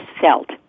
felt